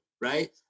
right